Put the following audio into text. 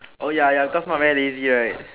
oh ya ya cause Mark very lazy right